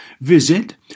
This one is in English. Visit